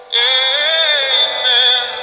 amen